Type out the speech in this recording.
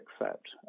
accept